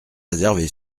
réservé